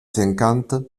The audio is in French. cinquante